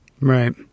Right